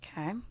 Okay